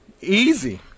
Easy